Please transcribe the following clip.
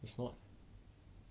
if not